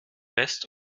west